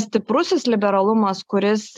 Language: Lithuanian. stiprusis liberalumas kuris